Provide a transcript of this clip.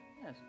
Yes